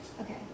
Okay